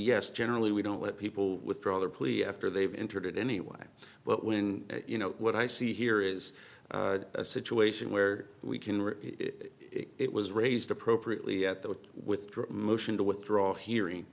yes generally we don't let people withdraw their plea after they've entered it anyway but when you know what i see here is a situation where we can reach it was raised appropriately at the withdraw motion to withdraw he